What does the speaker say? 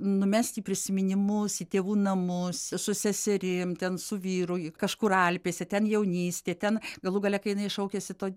numesti į prisiminimus į tėvų namus su seserim ten su vyru ji kažkur alpėse ten jaunystė ten galų gale kai jinai šaukiasi to